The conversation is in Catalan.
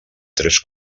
tres